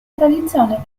tradizione